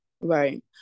Right